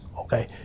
Okay